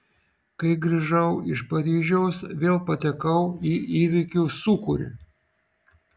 kai grįžau iš paryžiaus vėl patekau į įvykių sūkurį